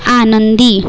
आनंदी